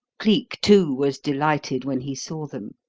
cleek, too, was delighted when he saw them.